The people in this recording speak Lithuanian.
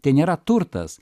tai nėra turtas